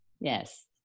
Yes